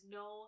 no